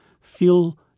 feel